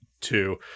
two